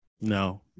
No